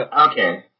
Okay